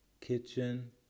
kitchen